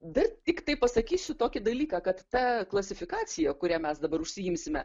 dar tiktai pasakysiu tokį dalyką kad ta klasifikacija kuria mes dabar užsiimsime